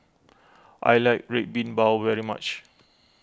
I like Red Bean Bao very much